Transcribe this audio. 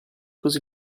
così